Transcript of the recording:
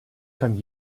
kann